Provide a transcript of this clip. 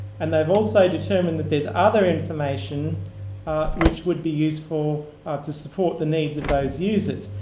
and they've also determined that there's other information which would be useful to support the needs of those uses.